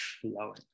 flowing